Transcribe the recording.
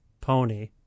Pony